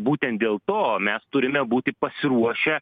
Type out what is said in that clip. būtent dėl to mes turime būti pasiruošę